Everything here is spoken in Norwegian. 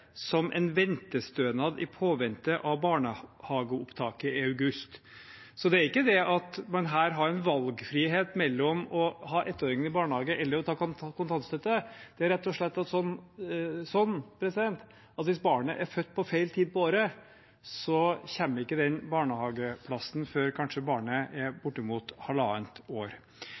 som en ventestønad i påvente av barnehageopptaket i august.» Så det er ikke det at man her har en valgfrihet mellom å ha ettåringen i barnehage og å motta kontantstøtte, det er rett og slett slik at hvis barnet er født på feil tid av året, kommer kanskje ikke barnehageplassen før barnet er bortimot halvannet år.